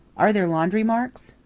are there laundry marks?